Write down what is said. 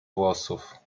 włosów